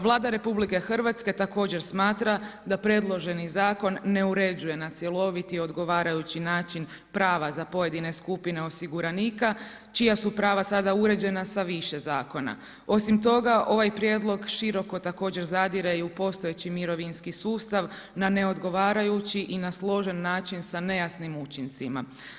Vlada RH također smatra da predloženi zakon ne uređuje na cjeloviti i odgovarajući način prava za pojedine skupine osiguranika čija su prava sada uređena sa više zakona. osim toga, ovaj prijedlog široko također zadire i u postojeći mirovinski sustav na neodgovarajući i na složen način sa nejasnim učincima.